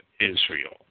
Israel